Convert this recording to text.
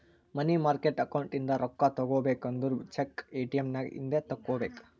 ಮನಿ market account ಇಂದ ರೊಕ್ಕಾ ತಗೋಬೇಕು ಅಂದುರ್ ಚೆಕ್, ಎ.ಟಿ.ಎಮ್ ನಾಗ್ ಇಂದೆ ತೆಕ್ಕೋಬೇಕ್